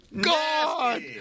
god